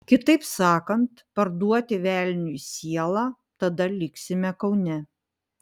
kitaip sakant parduoti velniui sielą tada liksime kaune